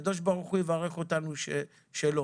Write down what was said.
הקדוש ברוך הוא יברך אותנו שכך יהיה.